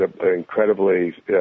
incredibly